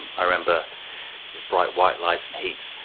and i remember this bright white light and heat.